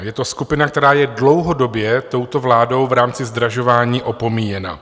Je to skupina, která je dlouhodobě touto vládou v rámci zdražování opomíjena.